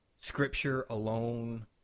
Scripture-alone